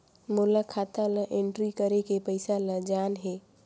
मोला खाता ला एंट्री करेके पइसा ला जान हे?